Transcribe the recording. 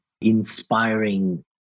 inspiring